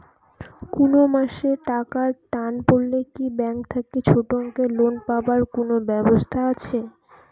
কুনো মাসে টাকার টান পড়লে কি ব্যাংক থাকি ছোটো অঙ্কের লোন পাবার কুনো ব্যাবস্থা আছে?